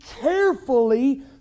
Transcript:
carefully